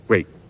Wait